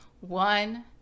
one